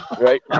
Right